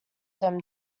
them